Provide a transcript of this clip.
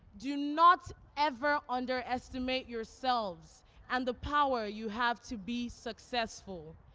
do not ever underestimate yourselves and the power you have to be successful.